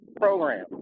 program